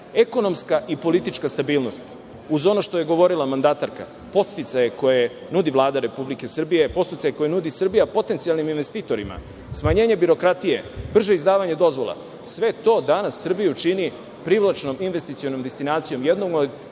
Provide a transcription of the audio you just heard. finansija. Ekonomska i politička stabilnost, uz ono što je govorila mandatarka, podsticaji koje nudi Vlada Republike Srbije, podsticaji koje nudi Srbija potencijalnim investitorima, smanjenje birokratije, brže izdavanje dozvola, sve to danas Srbiju čini privlačnom investicionom destinacijom. Jednom od